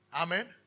Amen